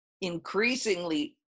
increasingly